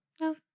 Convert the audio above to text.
No